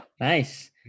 nice